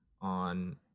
on